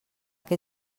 que